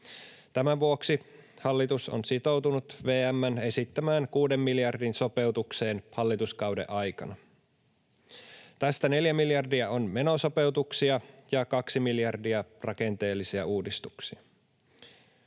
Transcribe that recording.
Tämän vuoksi hallitus on sitoutunut VM:n esittämään 6 miljardin sopeutukseen hallituskauden aikana. Tästä 4 miljardia on menosopeutuksia ja 2 miljardia rakenteellisia uudistuksia.